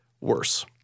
worse